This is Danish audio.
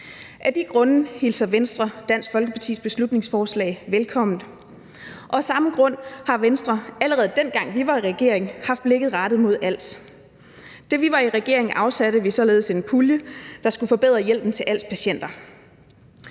Af de grunde hilser Venstre Dansk Folkepartis beslutningsforslag velkommen, og af samme grund har Venstre, allerede dengang vi var i regering, haft blikket rettet mod als. Da vi var i regering, afsatte vi således en pulje, der skulle forbedre hjælpen til als-patienter,